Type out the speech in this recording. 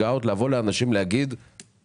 אאוט לבוא לאנשים ולומר להם שיגישו